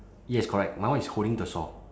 yes correct my one is holding the saw